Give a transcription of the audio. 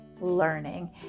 learning